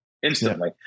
Instantly